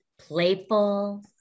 playful